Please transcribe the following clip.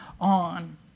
on